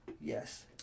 yes